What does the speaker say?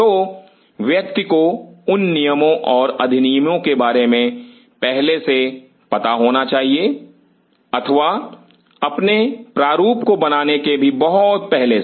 तो व्यक्ति को उन नियमों और अधिनियमों के बारे में पहले से पता होना चाहिए अथवा अपने प्रारूप को बनाने के भी बहुत पहले से